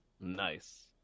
Nice